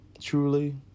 Truly